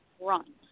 run